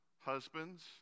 husbands